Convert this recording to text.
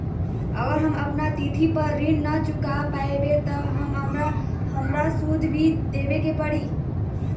अगर हम अपना तिथि पर ऋण न चुका पायेबे त हमरा सूद भी देबे के परि?